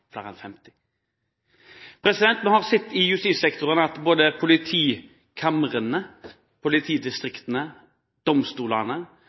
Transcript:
flere enn 50. Vi har sett i justissektoren at både politikamrene, politidistriktene og domstolene